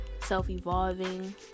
self-evolving